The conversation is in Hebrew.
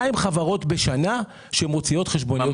חברות בשנה שמוציאות חשבוניות פיקטיביות.